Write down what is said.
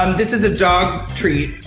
um this is a dog treat,